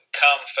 come